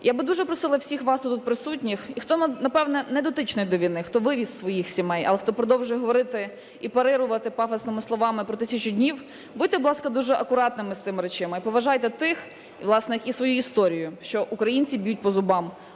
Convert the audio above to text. Я би дуже просила всіх вам тут присутніх і хто, напевно, не дотичний до війни, хто вивіз своїх сім'ї, але хто продовжує говорити і парирувати пафосними словами про 1000 днів, будьте, будь ласка, дуже акуратними з цими речами, і поважайте тих, власне, і свою історію, що українці б'ють по зубах